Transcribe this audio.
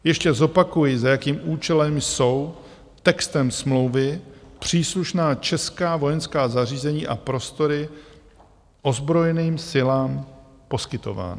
Ještě zopakuji, za jakým účelem jsou textem smlouvy příslušná česká vojenská zařízení a prostory ozbrojeným silám poskytována.